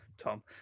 Tom